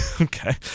Okay